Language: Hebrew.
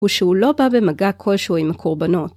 הוא שהוא לא בא במגע כלשהו עם הקורבנות.